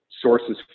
sources